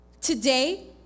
Today